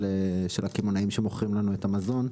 של הקמעונאים שמוכרים לנו את המזון.